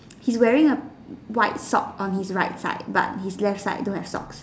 his wearing a white sock on his right side but his left side don't have socks